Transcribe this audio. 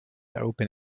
open